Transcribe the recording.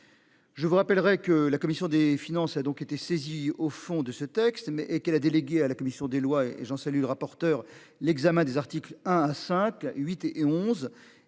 Je vous rappellerai que la commission des finances a donc été saisie au fond de ce texte mais et qu'elle a délégué à la commission des lois et Jean cellule rapporteur l'examen des articles 1 à 5, 8 et 11